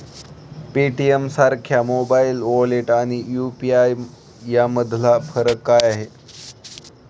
पेटीएमसारख्या mobile wallet आणि UPI यामधला फरक काय आहे?